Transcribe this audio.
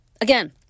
again